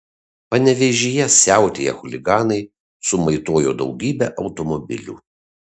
panevėžyje siautėję chuliganai sumaitojo daugybę automobilių